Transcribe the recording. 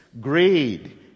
greed